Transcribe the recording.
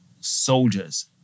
soldiers